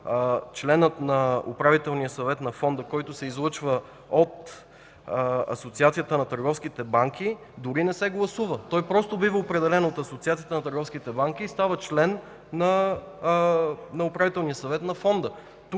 членът на Управителния съвет на Фонда, който се излъчва от Асоциацията на търговските банки, дори не се гласува. Той бива определен от Асоциацията на търговските банки и става член на Управителния съвет на Фонда.